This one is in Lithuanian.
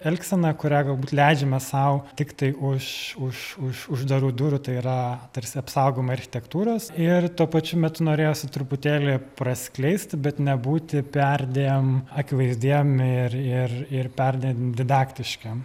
elgsena kurią galbūt leidžiame sau tiktai už už uždarų durų tai yra tarsi apsaugoma architektūros ir tuo pačiu metu norėjosi truputėlį praskleisti bet nebūti perdėm akivaizdiem ir ir ir perdeda didaktiškam